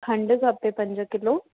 खंडु खपे पंज किलो